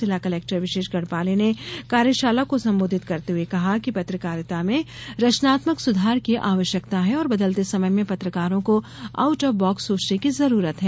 जिला कलेक्टर विशेष गढ़पाले ने कार्यशाला को संबोधित करते हुए कहा कि पत्रकारिता में रचनात्मक सुधार की आवश्यकता है और बदलते समय में पत्रकारों को आउट ऑफ बॉक्स सोचने की जरूरत है